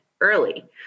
early